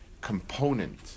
component